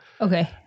Okay